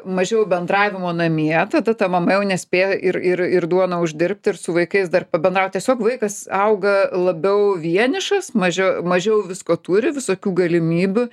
mažiau bendravimo namie tada ta mama jau nespėja ir ir ir duoną uždirbt ir su vaikais dar pabendraut tiesiog vaikas auga labiau vienišas mažia mažiau visko turi visokių galimybių